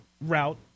route